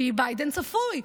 כי ביידן צפוי,